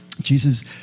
Jesus